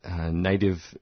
native